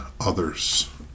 others